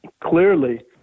clearly